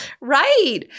Right